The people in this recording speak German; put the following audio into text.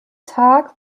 tag